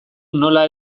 nola